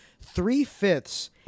Three-fifths